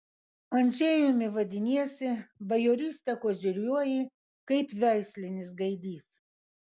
andžejumi vadiniesi bajoryste koziriuoji kaip veislinis gaidys